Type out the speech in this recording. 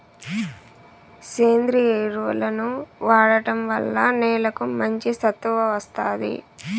సేంద్రీయ ఎరువులను వాడటం వల్ల నేలకు మంచి సత్తువ వస్తాది